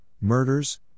murders